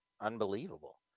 unbelievable